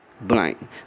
Blank